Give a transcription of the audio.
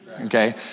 Okay